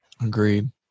Agreed